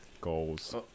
Goals